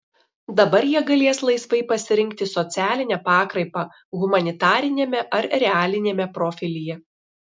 dabar jie galės laisvai pasirinkti socialinę pakraipą humanitariniame ar realiniame profilyje